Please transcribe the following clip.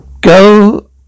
Go